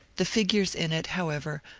the fig ures in it, however,